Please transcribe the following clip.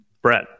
Brett